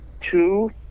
two